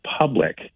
public